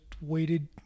waited